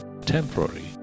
temporary